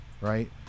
right